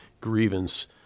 grievance